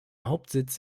hauptsitz